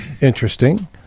interesting